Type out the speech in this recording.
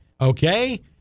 okay